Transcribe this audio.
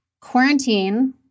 quarantine